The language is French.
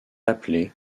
appelée